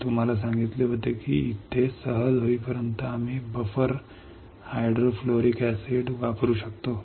मी तुम्हाला सांगितले होते की इथे सहज होईपर्यंत आम्ही बफर हायड्रोफ्लोरिक acidसिड वापरू शकतो